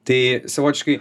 tai savotiškai